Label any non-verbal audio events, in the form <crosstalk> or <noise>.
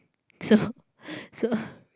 so <breath> so